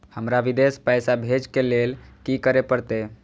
हमरा विदेश पैसा भेज के लेल की करे परते?